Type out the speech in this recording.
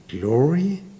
glory